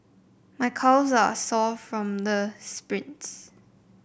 my calves are sore from the sprints